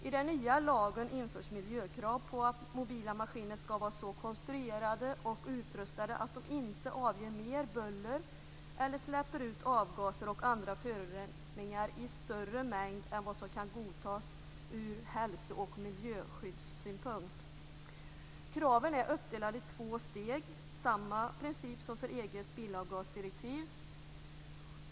I den nya lagen införs miljökrav på att mobila maskiner skall vara så konstruerade och utrustade att de inte avger mer buller eller släpper ut avgaser och andra föroreningar i större mängd än vad som kan godtas ur hälso och miljöskyddssynpunkt. Kraven är uppdelade i två steg. Det är samma princip som för EG:s bilavgasdirektiv.